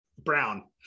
brown